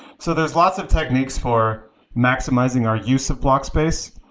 so there's lots of techniques for maximizing our use of block space.